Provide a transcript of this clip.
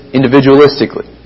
Individualistically